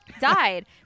died